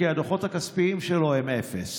הדוחות הכספיים שלו הם אפס.